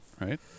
Right